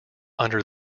under